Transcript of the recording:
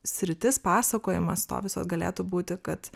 sritis pasakojimas to visos galėtų būti kad